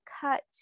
cut